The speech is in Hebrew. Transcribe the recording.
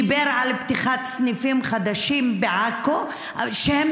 דיבר על פתיחת סניפים חדשים בעכו שהם